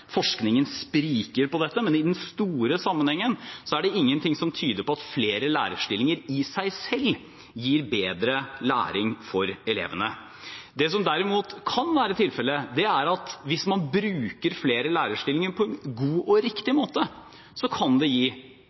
forskningen spriker når det gjelder dette, men i den store sammenhengen er det ingenting som tyder på at flere lærerstillinger i seg selv gir bedre læring for elevene. Det som derimot kan være tilfellet, er at hvis man bruker flere lærerstillinger på en god og riktig måte, kan det gi